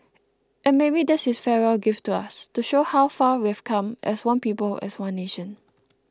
and maybe that's his farewell gift to us to show how far we've come as one people as one nation